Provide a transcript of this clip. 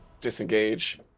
Disengage